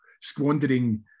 squandering